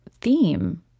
theme